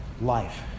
Life